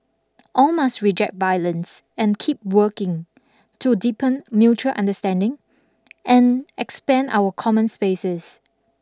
all must reject violence and keep working to deepen mutual understanding and expand our common spaces